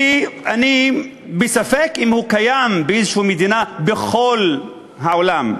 ואני בספק אם הוא קיים באיזו מדינה בכל העולם,